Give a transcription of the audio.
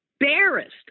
Embarrassed